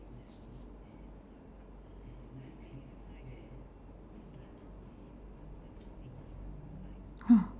!huh!